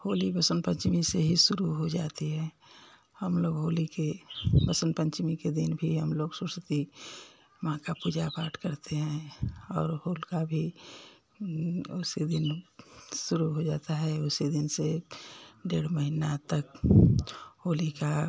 होली वसंत पंचमी से ही शुरू हो जाती है हम लोग होली के वसंत पंचमी के दिन भी हम लोग सरस्वती माँ का पूजा पाठ करते हैं और होलिका भी उसी दिन शुरू हो जाता है उसी दिन से डेढ़ महीना तक होली का